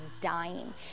dying